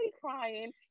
crying